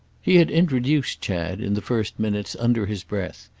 he had introduced chad, in the first minutes, under his breath,